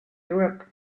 europe